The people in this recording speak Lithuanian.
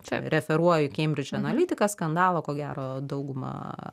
čia referuoju į cambridge analytica skandalą ko gero dauguma